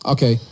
Okay